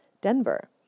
Denver